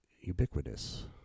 ubiquitous